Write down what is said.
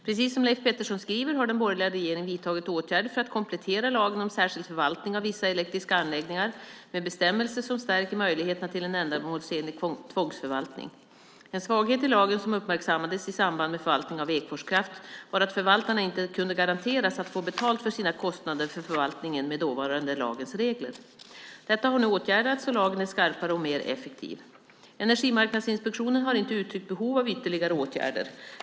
Precis som Leif Pettersson skriver har den borgerliga regeringen vidtagit åtgärder för att komplettera lagen om särskild förvaltning av vissa elektriska anläggningar med bestämmelser som stärker möjligheterna till en ändamålsenlig tvångsförvaltning. En svaghet i lagen som uppmärksammades i samband med förvaltningen av Ekfors Kraft var att förvaltarna inte kunde garanteras att få betalt för sina kostnader för förvaltningen med dåvarande lagens regler. Detta har nu åtgärdats, och lagen är skarpare och mer effektiv. Energimarknadsinspektionen har inte uttryckt behov av ytterligare åtgärder.